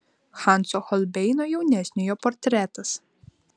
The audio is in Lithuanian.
hanso holbeino jaunesniojo portretas